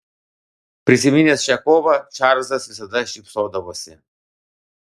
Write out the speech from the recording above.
prisiminęs šią kovą čarlzas visada šypsodavosi